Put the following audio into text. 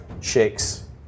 shakes